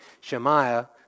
Shemaiah